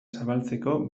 zabaltzeko